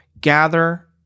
Gather